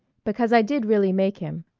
because i did really make him.